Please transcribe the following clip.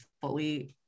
fully